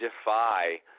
defy